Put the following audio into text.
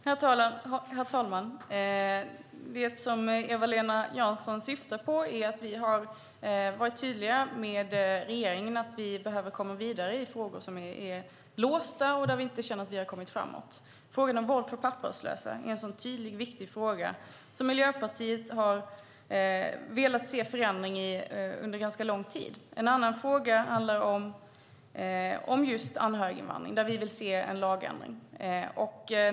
Herr talman! Det Eva-Lena Jansson syftar på är att vi varit tydliga med regeringen om att vi behöver komma vidare i frågor som är låsta, där vi inte känner att vi kommit framåt. Frågan om vård för papperslösa är en tydlig och viktig fråga där Miljöpartiet velat se en ändring under ganska lång tid. En annan fråga gäller just anhöriginvandring där vi vill se en lagändring.